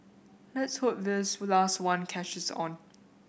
let's hope this with last one catches on